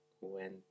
went